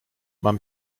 mam